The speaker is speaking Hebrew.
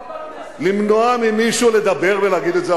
לא בכנסת, למנוע ממישהו לדבר ולהגיד את זה.